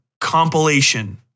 compilation